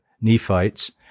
nephites